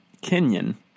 Kenyon